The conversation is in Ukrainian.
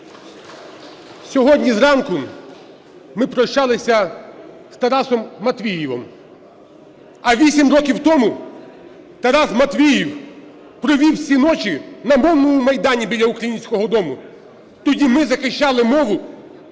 Сьогодні зранку ми прощалися з Тарасом Матвіївим, а 8 років тому тарас Матвіїв провів всі ночі на Мовному майдані біля Українського дому. Тоді ми захищали мову